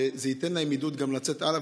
וזה ייתן להם עידוד גם לצאת הלאה,